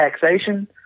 taxation